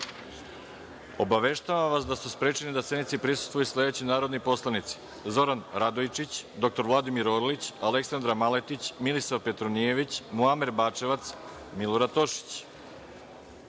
skupštine. Obaveštavam vas da su sprečeni da sednici prisustvuju sledeći narodni poslanici: Zoran Radojčić, dr Vladimir Orlić, Aleksandra Maletić, Milisav Petronijević, Muamer Bačevac, Milorad